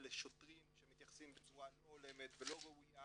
לשוטרים שמתייחסים בצורה לא הולמת ולא ראויה